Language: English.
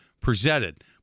presented